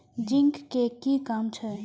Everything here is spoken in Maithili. जिंक के कि काम छै?